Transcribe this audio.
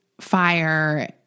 fire